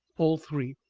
all three.